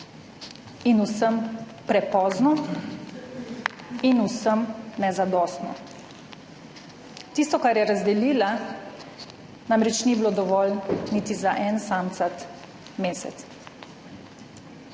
in vsem prepozno in vsem nezadostno. Tisto, kar je razdelila, namreč ni bilo dovolj niti za en samcat mesec.